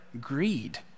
greed